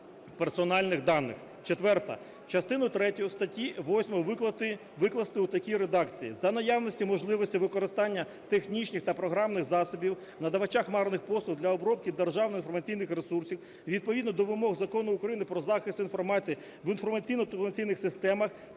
Четверте. Частину третю статті 8 викласти у такій редакції: "За наявності можливості використання технічних та програмних засобів надавача хмарних послуг для обробки державних інформаційних ресурсів відповідно до вимог Закону України "Про захист інформації в інформаційно-телекомунікаційних системах"